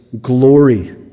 glory